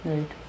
Right